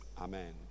Amen